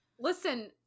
Listen